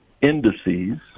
indices